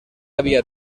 había